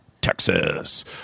Texas